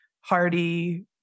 hardy